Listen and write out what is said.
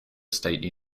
state